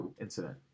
incident